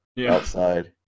outside